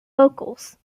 vocals